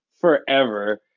forever